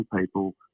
people